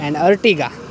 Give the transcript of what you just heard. and Ertiga